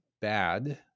bad